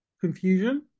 confusion